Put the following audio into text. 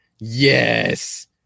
Yes